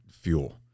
fuel